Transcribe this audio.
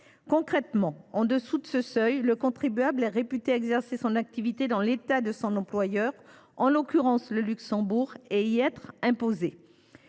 Concrètement, en dessous de ce seuil, le contribuable est réputé exercer son activité dans l’État de son employeur, en l’occurrence le Luxembourg, et y être imposé.